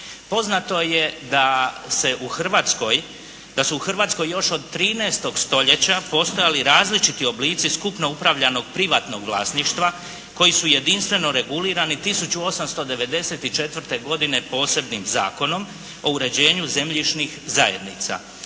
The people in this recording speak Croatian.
Poznato je da su u Hrvatskoj još od 13. stoljeća postojali različiti oblici skupno upravljanog privatnog vlasništva koji su jedinstveno regulirani 1894. posebnim Zakonom o uređenju zemljišnih zajednica.